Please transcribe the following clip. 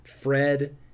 Fred